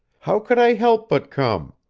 how could i help but come?